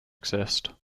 exist